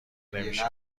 نمیشه